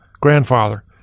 grandfather